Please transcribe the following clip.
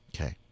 Okay